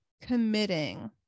committing